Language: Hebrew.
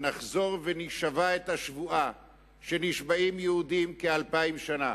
נחזור ונישבע את השבועה שנשבעים יהודים כאלפיים שנה: